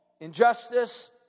injustice